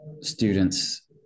students